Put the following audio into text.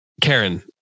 Karen